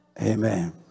Amen